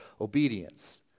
obedience